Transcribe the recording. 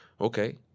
okay